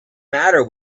matter